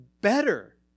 better